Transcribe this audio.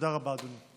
תודה רבה, אדוני.